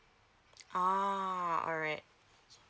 oh alright